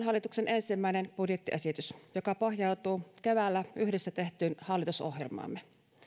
hallituksen ensimmäinen budjettiesitys joka pohjautuu keväällä yhdessä tehtyyn hallitusohjelmaamme